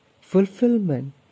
fulfillment